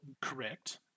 Correct